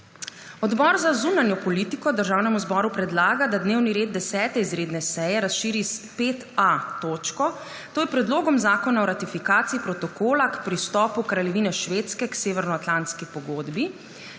Odbor za zunanjo politiko Državnemu zboru predlaga, da dnevni red 10. izredne seje razširi s 5a točko, to je Predlogom zakona o ratifikaciji Protokola k pristopu Kraljevine Švedske k Severnoatlantski pogodbi,